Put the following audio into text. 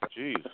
Jeez